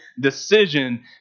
decision